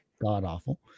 god-awful